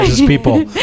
people